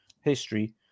history